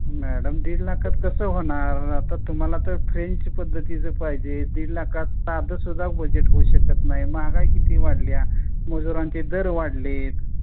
madam दीड लाखात कसं होणार आता तुम्हाला तर फ्रेंच पद्धतीचं पाहिजे दीड लाखाचा अर्धा सुद्धा बजेट होऊ शकत नाही महागाई किती वाढली आहे मजूरांचे दर वाढले आहेत